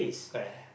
correct